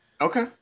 okay